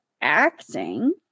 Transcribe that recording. acting